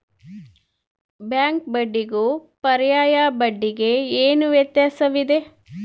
Bank ಬಡ್ಡಿಗೂ ಪರ್ಯಾಯ ಬಡ್ಡಿಗೆ ಏನು ವ್ಯತ್ಯಾಸವಿದೆ?